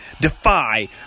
Defy